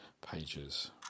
pages